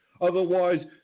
Otherwise